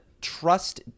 trust